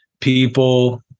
people